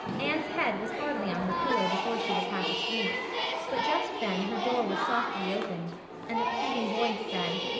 anne's head was hardly on her pillow before she was half asleep but just then her door was softly opened and a pleading voice said,